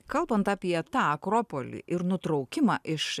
kalbant apie tą akropolį ir nutraukimą iš